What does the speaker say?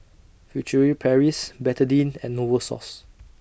Furtere Paris Betadine and Novosource